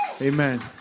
Amen